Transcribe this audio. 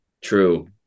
true